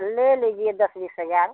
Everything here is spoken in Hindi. ले लीजिए दस बीस हज़ार